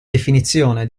definizione